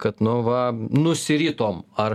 kad no va nusiritom ar